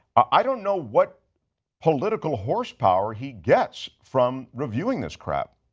i don't know what political horse power he gets from reviewing this crap.